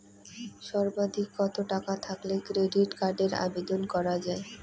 সর্বাধিক কত টাকা থাকলে ক্রেডিট কার্ডের আবেদন করা য়ায়?